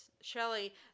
Shelley